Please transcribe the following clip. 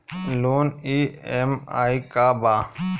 Loan EMI का बा?